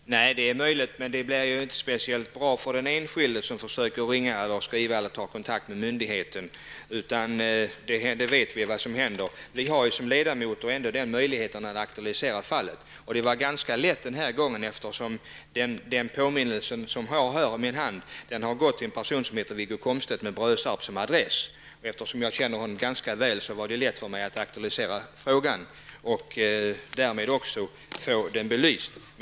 Herr talman! Det är möjligt att sådana debatter inte hör hemma här i riksdagen, men om man inte gör något åt saken blir det inte speciellt lätt för den enskilde som försöker ringa, skriva eller på annat sätt ta kontakt med myndigheten. Vi vet vad som händer. Vi har som ledamöter ändå möjlighet att aktualisera denna typ av fall. Det var ganska lätt den här gången, eftersom den påminnelse jag har här i min hand har gått till en person som heter Eftersom jag känner honom ganska väl var det lätt för mig att aktualisera frågan och därmed också få den belyst.